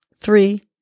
three